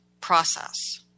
process